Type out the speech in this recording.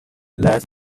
less